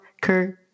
Kirk